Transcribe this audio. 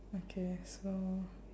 okay so